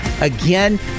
again